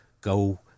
go